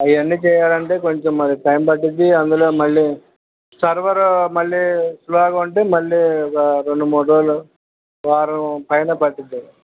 అవన్నీ చెయ్యాలంటే కొంచెం మాకు టైం పడుతుంది అందులో మళ్ళీ సర్వర్ మళ్ళీ స్లోగా ఉంటే మళ్ళీ ఒక రెండు మూడు రోజులు వారంపైనే పడుతుంది